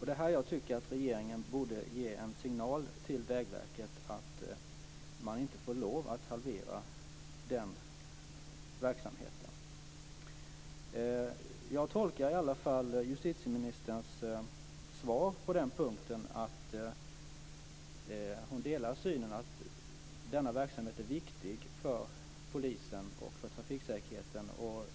Det är här jag tycker att regeringen borde ge en signal till Vägverket att man inte får halvera den verksamheten. Jag tolkar i alla fall justitieministerns svar på den punkten så att hon delar synen att denna verksamhet är viktig för polisen och för trafiksäkerheten.